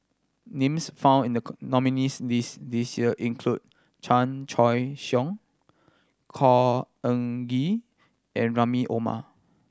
names found in the nominees' list this year include Chan Choy Siong Khor Ean Ghee and Rahim Omar